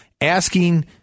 asking